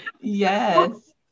Yes